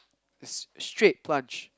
it's straight plunge